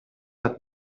hat